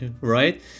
right